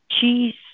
cheese